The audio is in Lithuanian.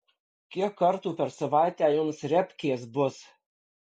kiek kartų per savaitę jums repkės bus